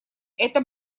это